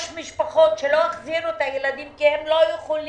יש משפחות שלא החזירו את הילדים כי הן לא יכולות,